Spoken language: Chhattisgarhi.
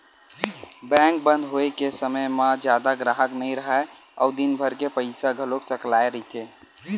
बेंक बंद होए के समे म जादा गराहक नइ राहय अउ दिनभर के पइसा घलो सकलाए रहिथे